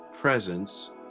presence